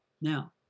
Now